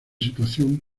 situación